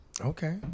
okay